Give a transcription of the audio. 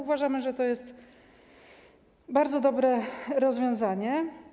Uważamy, że to jest bardzo dobre rozwiązanie.